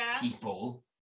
people